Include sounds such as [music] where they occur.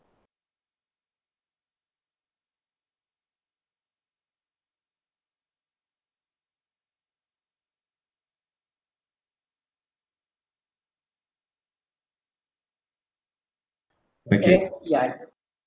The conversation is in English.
okay [noise]